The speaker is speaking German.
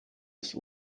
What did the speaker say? des